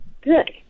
Good